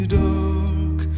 dark